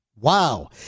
Wow